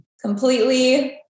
completely